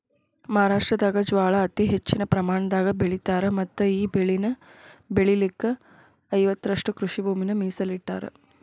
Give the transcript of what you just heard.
ಮಹಾರಾಷ್ಟ್ರದಾಗ ಜ್ವಾಳಾ ಅತಿ ಹೆಚ್ಚಿನ ಪ್ರಮಾಣದಾಗ ಬೆಳಿತಾರ ಮತ್ತಈ ಬೆಳೆನ ಬೆಳಿಲಿಕ ಐವತ್ತುರಷ್ಟು ಕೃಷಿಭೂಮಿನ ಮೇಸಲಿಟ್ಟರಾ